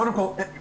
קודם כל כתבתי,